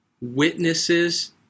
witnesses